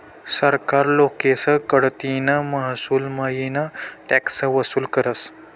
सरकार लोकेस कडतीन महसूलमईन टॅक्स वसूल करस